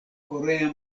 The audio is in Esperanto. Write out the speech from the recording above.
korea